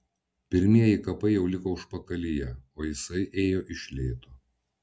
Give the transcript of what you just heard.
pirmieji kapai jau liko užpakalyje o jisai ėjo iš lėto